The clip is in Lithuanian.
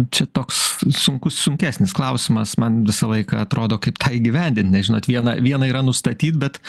čia toks sunkus sunkesnis klausimas man visą laiką atrodo kaip tą įgyvendint nes žinot viena viena yra nustatyt bet